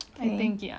I think